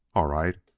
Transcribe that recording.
all right,